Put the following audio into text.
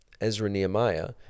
Ezra-Nehemiah